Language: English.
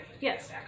Yes